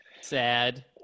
sad